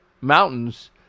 mountains